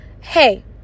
hey